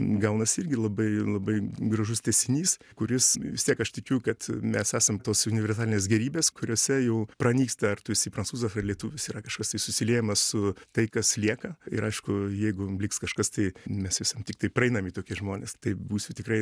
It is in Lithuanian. gaunasi irgi labai labai gražus tęsinys kuris vis tiek aš tikiu kad mes esam tos universalinės gėrybės kuriose jau pranyksta ar tu esi prancūzas ar lietuvis yra kažkas tai susiliejama su tai kas lieka ir aišku jeigu liks kažkas tai mes esam tiktai praeinami tokie žmonės tai būsiu tikrai